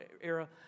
era